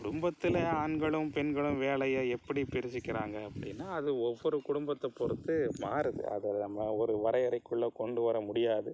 குடும்பத்தில் ஆண்களும் பெண்களும் வேலையை எப்படி பிரிச்சுக்கிறாங்க அப்படின்னா அது ஒவ்வொரு குடும்பத்தைப் பொருத்து மாறுது அதை நம்ம ஒரு வரையிறைக்குள்ளே கொண்டு வர முடியாது